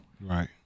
Right